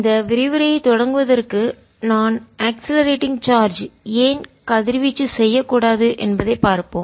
இந்த விரிவுரையை தொடங்குவதற்கு நான்அக்ஸ்லரேட்டிங் வேகப்படுத்தாத சார்ஜ் ஏன் கதிர்வீச்சு செய்யக்கூடாது என்பதை பார்ப்போம்